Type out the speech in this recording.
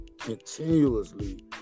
continuously